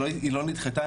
היא לא נדחתה,